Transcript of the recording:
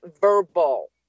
verbal